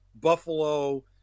Buffalo